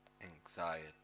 anxiety